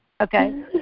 Okay